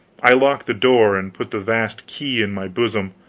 i locked the door and put the vast key in my bosom.